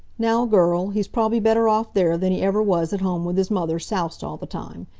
now girl, he's prob'ly better off there than he ever was at home with his mother soused all the time.